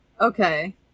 okay